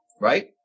right